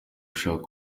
ashaka